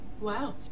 Wow